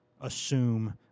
assume